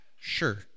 sure